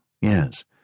yes